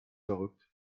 verrückt